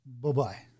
Bye-bye